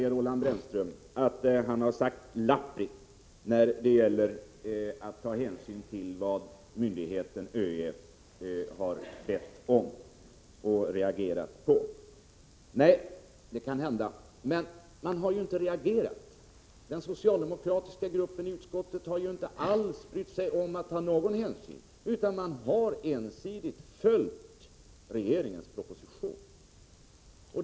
Roland Brännström hävdar att han inte har sagt lappri när det gäller att ta hänsyn till vad myndigheten ÖEF har bett om och reagerat på. Nej, det kan hända, men socialdemokraterna har ju inte reagerat. Den socialdemokratiska gruppen i utskottet har ju inte alls brytt sig om att ta några hänsyn. Den har istället ensidigt följt regeringens proposition.